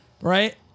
right